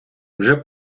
вже